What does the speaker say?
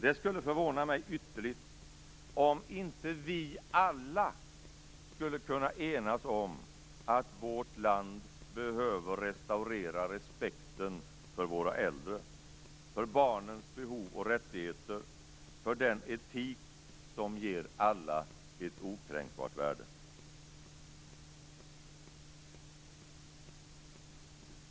Det skulle förvåna mig ytterligt om inte vi alla skulle kunna enas om att vårt land behöver restaurera respekten för våra äldre, för barnens behov och rättigheter och för den etik som ger alla ett okränkbart värde.